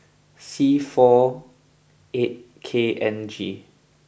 C four eight K N G